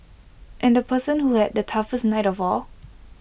and the person who had the toughest night of all